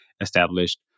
established